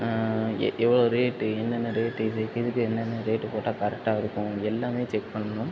எ எவ்வளோ ரேட்டு என்னென்ன ரேட்டு இதுக்கு இதுக்கு என்னென்ன ரேட்டு போட்டால் கரெக்டாக இருக்கும் எல்லாமே செக் பண்ணும்